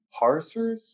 parsers